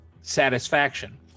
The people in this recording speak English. satisfaction